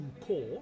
core